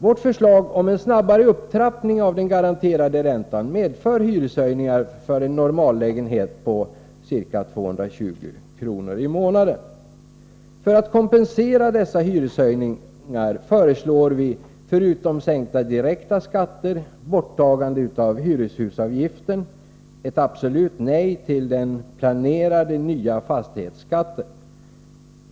Vårt förslag om en snabbare upptrappning av den garanterade räntan medför hyreshöjningar för en normallägenhet med ca 220 kr. i månaden. För att kompensera dessa hyreshöjningar föreslår vi förutom sänkta direkta skatter borttagande av hyreshusavgiften, och vi säger ett definitivt nej till den planerade nya fastighetsskatten.